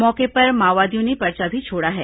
मौके पर माओवादियों ने पर्चा भी छोड़ा है